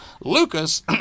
Lucas